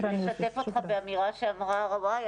אני רוצה לשתף אותך באמירה שאמרה ראויה,